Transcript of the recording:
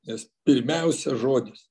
nes pirmiausia žodis